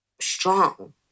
strong